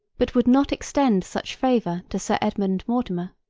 but would not extend such favour to sir edmund mortimer.